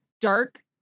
dark